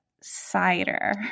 cider